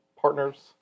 partners